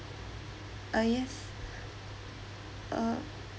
ah yes uh